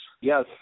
Yes